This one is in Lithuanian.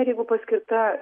ir jeigu paskirta